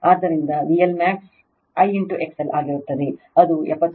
ಆದ್ದರಿಂದVL max I XL ಆಗಿರುತ್ತದೆ ಅದು 70